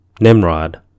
Nimrod